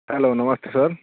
hello namaste sir